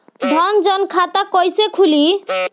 जनधन खाता कइसे खुली?